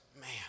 Man